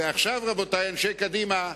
ועכשיו, רבותי אנשי קדימה,